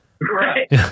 Right